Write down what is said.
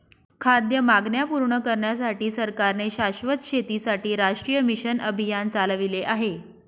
खाद्य मागण्या पूर्ण करण्यासाठी सरकारने शाश्वत शेतीसाठी राष्ट्रीय मिशन अभियान चालविले आहे